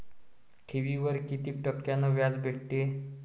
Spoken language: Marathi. ठेवीवर कितीक टक्क्यान व्याज भेटते?